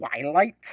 Twilight